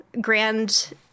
grand